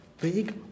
big